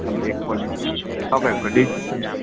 अन्त एकपल्ट चाहिँ तपाईँहरूको